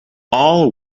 all